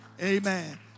Amen